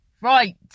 Right